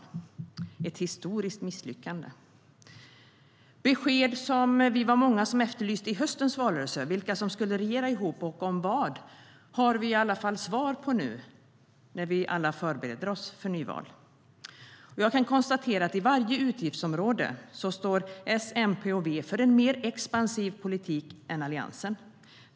Det är ett historiskt misslyckande. Jag kan konstatera att i varje utgiftsområde står S, MP och V för en mer expansiv politik än Alliansen.